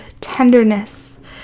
tenderness